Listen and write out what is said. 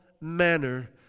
manner